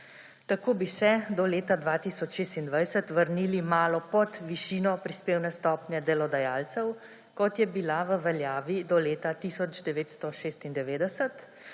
Tako bi se do leta 2026 vrnili malo pod višino prispevne stopnje delodajalcev, kot je bila v veljavi do leta 1996,